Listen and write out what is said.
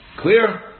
Clear